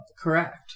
Correct